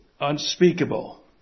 unspeakable